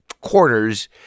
quarters